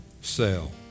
sell